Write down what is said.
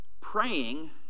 Praying